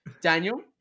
Daniel